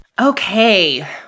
Okay